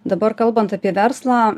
dabar kalbant apie verslą